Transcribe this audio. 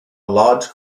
large